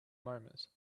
moment